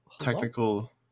Technical